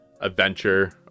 Adventure